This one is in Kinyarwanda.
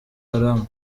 haram